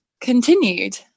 continued